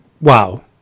Wow